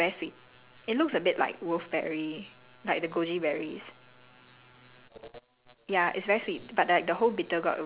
no no no when the bitter gourd is ripe right all the seeds will be red colour and it's very sweet it looks a bit like wolfberry like the goji berries